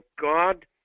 God